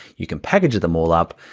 you can package them all up,